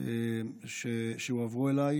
שהועברו אליי.